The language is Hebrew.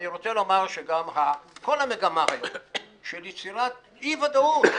אני רוצה לומר שגם כל המגמה היום של יצירת אי-ודאות,